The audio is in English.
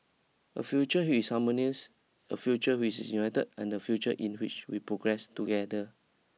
a future is harmonious a future which is united and a future in which we progress together